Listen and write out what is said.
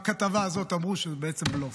בכתבה הזאת אמרו שזה בעצם בלוף.